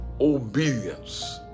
obedience